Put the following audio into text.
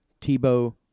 Tebow